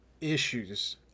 issues